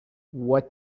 what